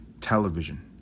television